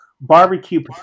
barbecue